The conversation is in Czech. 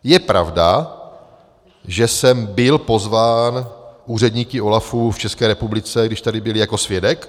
Je pravda, že jsem byl pozván úředníky OLAFu v České republice, když tady byli, jako svědek.